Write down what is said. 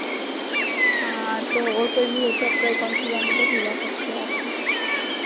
हाँ तो ओर कोई भी हो तो आपको एकाउंट खुलवाना है तो खुलवा सकते हो आप